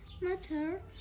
matter